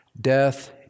death